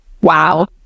wow